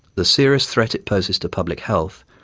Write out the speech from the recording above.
the serious threat it poses to public health,